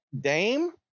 Dame